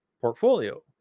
portfolio